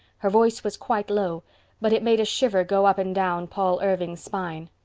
her voice was quite low but it made a shiver go up and down paul irving's spine.